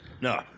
No